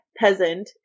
peasant